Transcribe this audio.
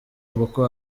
boko